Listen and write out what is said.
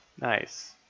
Nice